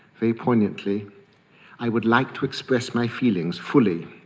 very poignantly i would like to express my feelings fully.